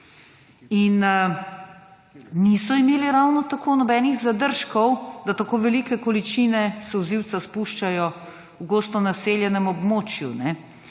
niso imeli nobenih zadržkov, da tako velike količine solzivca spuščajo v gosto naseljenem območju,